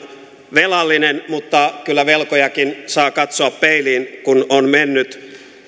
velallinen mutta kyllä velkojakin saa katsoa peiliin kun on mennyt